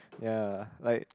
ya like